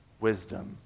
wisdom